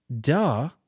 Duh